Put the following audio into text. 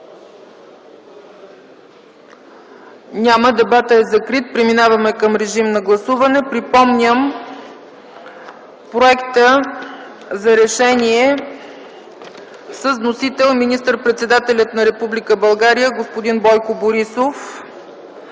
Няма. Дебатът е закрит. Преминаваме към режим на гласуване. Припомням Проекта за решение с вносител министър-председателят на Република България господин Бойко Борисов: